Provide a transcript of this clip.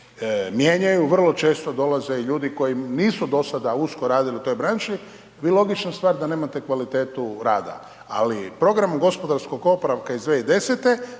mijenjaju, vrlo često dolaze i ljudi koji nisu do sada usko radili u toj branši, bi logično stvar da nemate kvalitetu rada. Ali, programom gospodarskog oporavka iz 2010.